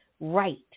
right